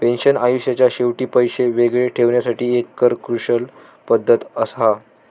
pension आयुष्याच्या शेवटी पैशे वेगळे ठेवण्यासाठी एक कर कुशल पद्धत हा